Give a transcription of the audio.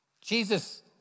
Jesus